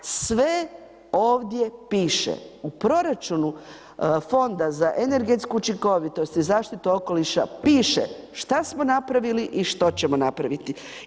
Sve ovdje piše u proračunu Fonda za energetsku učinkovitost, zaštitu okoliša piše šta smo napravili i što ćemo napraviti.